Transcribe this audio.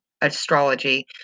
astrology